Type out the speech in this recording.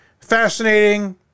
fascinating